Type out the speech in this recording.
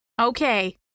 Okay